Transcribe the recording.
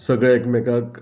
सगळे एकमेकाक